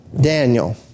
Daniel